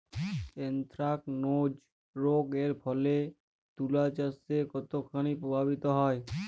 Anthracnose রোগ এর ফলে তুলাচাষ কতখানি প্রভাবিত হয়?